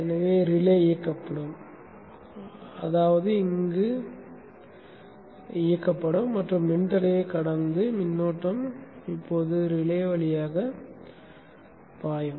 எனவே ரிலே இயக்கப்படும் அதாவது இது இயக்கப்படும் மற்றும் மின்தடையைக் கடந்து மின்னோட்டம் இப்போது ரிலே வழியாக பாயும்